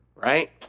Right